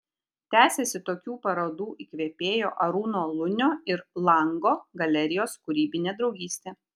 tęsiasi tokių parodų įkvėpėjo arūno lunio ir lango galerijos kūrybinė draugystė